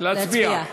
להצביע?